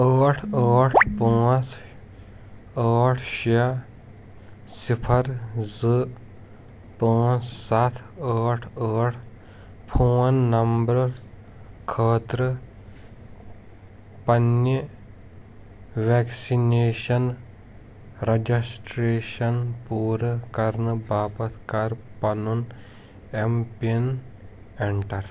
ٲٹھ ٲٹھ پانٛژھ ٲٹھ شےٚ صِفَر زٕ پانٛژھ سَتھ ٲٹھ ٲٹھ فون نَمبرٕ خٲطرٕ پنٛنہِ وٮ۪کسِنیشَن رَجَسٹرٛیشَن پوٗرٕ کَرنہٕ باپَتھ کَر پَنُن اٮ۪م پِن اٮ۪نٛٹَر